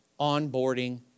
onboarding